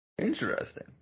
interesting